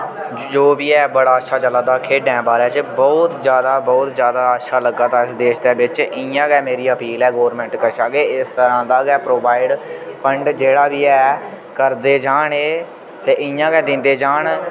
जो बी ऐ बड़ा अच्छा चला दा खेढें बारै च बहुत ज्यादा बहुत ज्यादा अच्छा लग्गा दा इस देश दे बिच्च इयां गै मेरी अपील ऐ गोरमेंट कशा के इस तरह दा गै प्रोवाइड फंड जेह्ड़ा बी ऐ करदे जान एह् ते इयां गै दिंदे जान